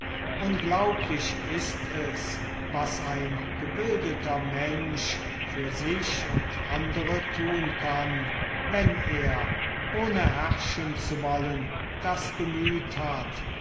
unglaublich ist es was ein gebildeter mensch für sich und andere tun kann wenn er ohne herrschen zu wollen das gemüt hat